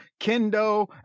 Kendo